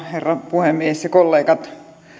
herra puhemies ja kollegat